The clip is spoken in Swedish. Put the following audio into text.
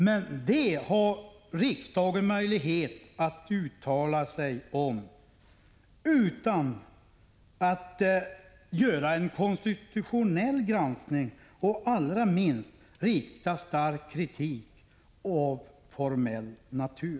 Men detta har riksdagen möjlighet att uttala sig om utan att göra en konstitutionell granskning och utan att framföra stark kritik av formell natur.